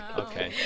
ok.